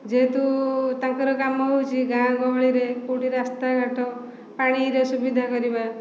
ଯେହେତୁ ତାଙ୍କର କାମ ହେଉଛି ଗାଁ ଗହଳିରେ କେଉଁଠି ରାସ୍ତାଘାଟ ପାଣିର ସୁବିଧା କରିବା